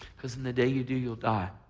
because in the day you do, you'll die.